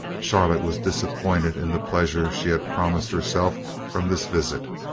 charlotte was disappointed in the pleasure she had promised herself from this visit.